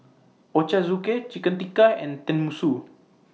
Ochazuke Chicken Tikka and Tenmusu